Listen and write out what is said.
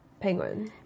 Penguin